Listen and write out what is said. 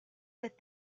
that